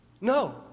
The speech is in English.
No